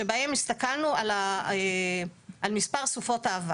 שבהם הסתכלנו על מספר סופות האבק.